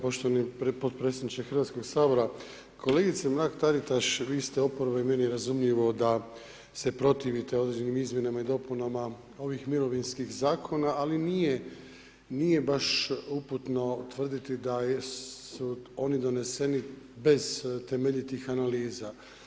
poštovani podpredsjedniče Hrvatskog sabora, kolegice Mrak-Taritaš vi ste oporba i meni je razumljivo da se protivite određenim izmjenama i dopunama ovih mirovinskih zakona, ali nije, nije baš uputno tvrditi da su oni doneseni bez temeljitih analiza.